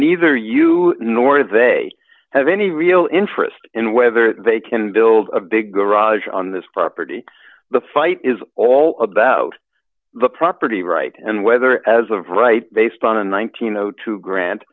neither you nor they have any real interest in whether they can build a big garage on this property the fight is all about the property right and whether as of right based on a nineteen otu grant